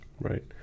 Right